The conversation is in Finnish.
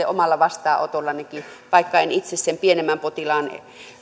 omalla vastaanotollanikin vaikka en itse sen pienemmän potilaan